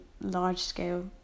large-scale